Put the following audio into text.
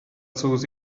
susi